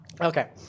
Okay